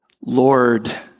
Lord